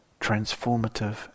transformative